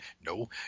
No